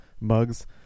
mugs